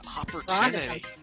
opportunity